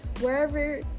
wherever